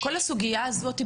כל הסוגייה הזאת,